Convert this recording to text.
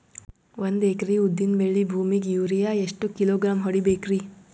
ಒಂದ್ ಎಕರಿ ಉದ್ದಿನ ಬೇಳಿ ಭೂಮಿಗ ಯೋರಿಯ ಎಷ್ಟ ಕಿಲೋಗ್ರಾಂ ಹೊಡೀಬೇಕ್ರಿ?